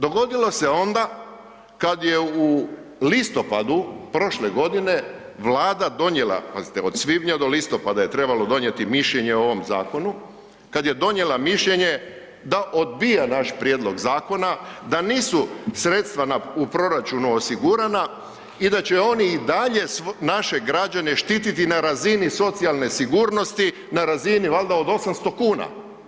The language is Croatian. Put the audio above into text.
Dogodilo se onda kad je u listopadu prošle godine Vlada, pazite od svibnja do listopada je trebalo donijeti mišljenje o ovom zakonu, kad je donijela mišljenje da odbija naš prijedlog zakona, da nisu sredstva u proračunu osigurana i da će oni i dalje naše građane štititi na razini socijalne sigurnosti, na razini valjda od 800 kuna.